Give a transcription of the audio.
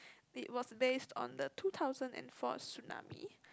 it was based on the two thousand and fourth tsunami